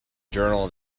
journal